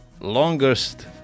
longest